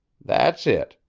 that's it.